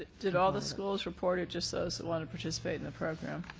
did all the schools report or just those that wanted to participate in the program?